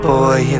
boy